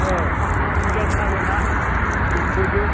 फुरथि जानो नांगोनना बयबो